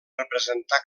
representar